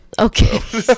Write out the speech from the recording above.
Okay